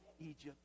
Egypt